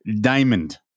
diamond